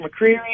McCreary